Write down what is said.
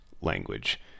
language